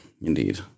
indeed